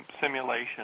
simulation